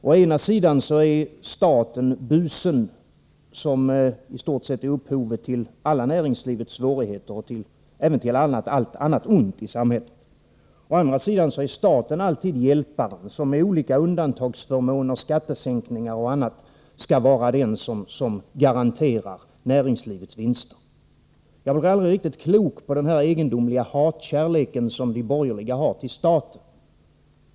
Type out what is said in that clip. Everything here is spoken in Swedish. Å ena sidan är staten busen, som i stort sett är upphovet till alla näringslivets svårigheter och även till allt annat ont i samhället. Å andra sidan är staten alltid hjälparen, som med olika undantagsförmåner, skattesänkningar och annat skall vara den som garanterar näringslivets vinster. Jag blir aldrig riktigt klok på den egendomliga hatkärlek som de borgerliga har till staten.